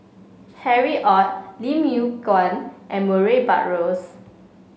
Harry Ord Lim Yew Kuan and Murray Buttrose